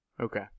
Okay